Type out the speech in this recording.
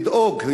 לדאוג,